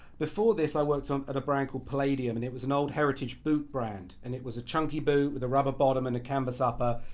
before this i worked on at a brand called playdium and it was an old heritage boot brand. and it was a chunky boot with a rubber bottom and a canvas upper,